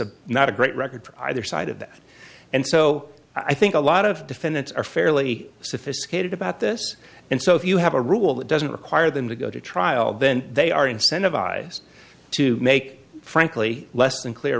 a not a great record for either side of that and so i think a lot of defendants are fairly sophisticated about this and so if you have a rule that doesn't require them to go to trial then they are incentivized to make frankly less than clear